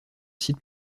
site